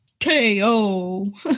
KO